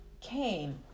came